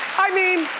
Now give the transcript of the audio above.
i mean